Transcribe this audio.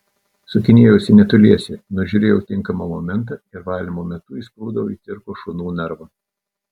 sukinėjausi netoliese nužiūrėjau tinkamą momentą ir valymo metu įsprūdau į cirko šunų narvą